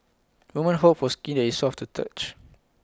women hope for skin that is soft to touch